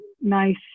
nice